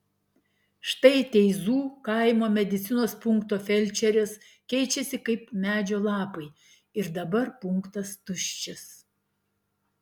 štai teizų kaimo medicinos punkto felčerės keičiasi kaip medžio lapai ir dabar punktas tuščias